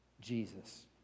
Jesus